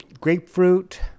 grapefruit